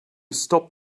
stop